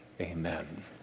Amen